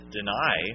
Deny